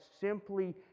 simply